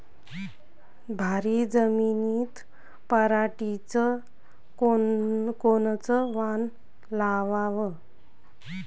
भारी जमिनीत पराटीचं कोनचं वान लावाव?